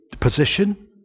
position